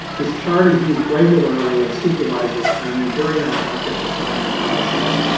this chart is used regularly in supervisor training during our market refinement process,